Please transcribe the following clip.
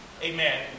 Amen